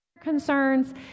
concerns